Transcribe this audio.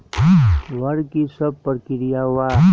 वक्र कि शव प्रकिया वा?